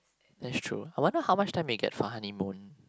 that's true I wonder how much time they get for honeymoon